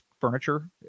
furniture